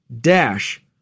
dash